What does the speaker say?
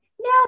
No